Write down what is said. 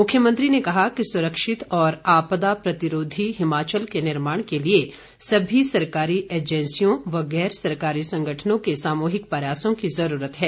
मुख्यमंत्री ने कहा कि सुरक्षित और आपदा प्रतिरोधी हिमाचल के निर्माण के लिए सभी सरकारी एजेंसियों व गैर सरकारी संगठनों के सामूहिक प्रयासों की जरूरत है